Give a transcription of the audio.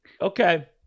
Okay